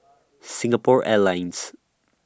Singapore Airlines